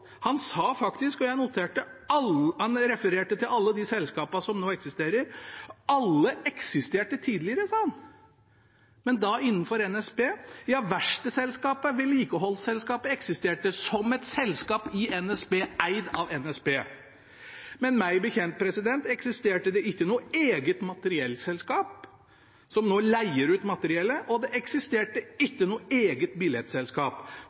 Han refererte faktisk – og jeg noterte – til alle de selskapene som nå eksisterer: Alle eksisterte tidligere, sa han, men da innenfor NSB. Ja, verkstedselskapet, vedlikeholdsselskapet, eksisterte som et selskap i NSB, eid av NSB, men meg bekjent eksisterte det ikke noe eget materiellselskap, som nå leier ut materiellet, og det eksisterte ikke noe eget billettselskap.